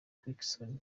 clarkson